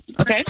okay